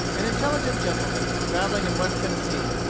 an intelligent gentleman, travelling in west tennessee,